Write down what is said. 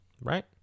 right